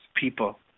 people